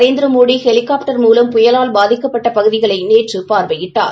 Narendra Modi helicopter மூலம் புயலால் பாதிக்கப்பட்ட பகுதிகளை நேற்று பார்வையிட்டார்